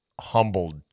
humbled